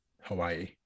Hawaii